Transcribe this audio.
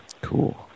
Cool